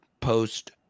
post